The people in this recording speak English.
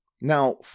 Now